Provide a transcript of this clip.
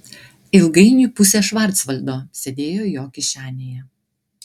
ilgainiui pusė švarcvaldo sėdėjo jo kišenėje